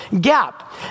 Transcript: gap